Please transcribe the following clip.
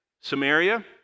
Samaria